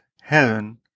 heaven